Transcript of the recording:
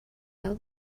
grau